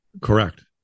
Correct